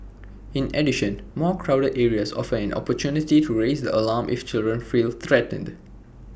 in addition more crowded areas offer an opportunity to raise the alarm if children feel threatened